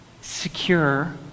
secure